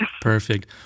Perfect